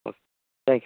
oak thank you